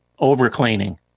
overcleaning